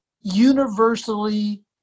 universally